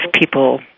people